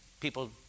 people